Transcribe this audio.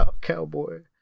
cowboy